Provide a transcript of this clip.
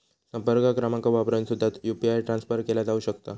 संपर्क क्रमांक वापरून सुद्धा यू.पी.आय ट्रान्सफर केला जाऊ शकता